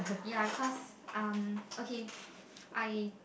ya cause um okay I